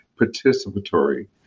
participatory